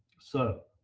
so